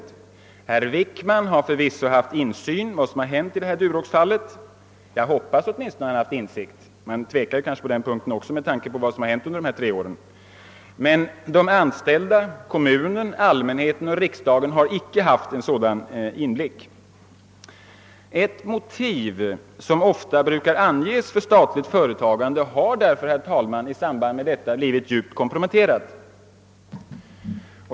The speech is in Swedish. Herr Wickman har förvisso haft insyn i vad som hänt i Duroxfallet. Man hoppas åtminstone att han haft det — man tvivlar kanske också på denna punkt med tanke på vad som hänt under dessa tre år. De anställda, kommunen och riksdagen har dock icke haft en sådan inblick. Ett av de motiv som brukar anges för statligt företagande har därigenom blivit djupt komprometterat.